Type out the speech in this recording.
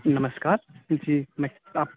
नमस्कार जी मै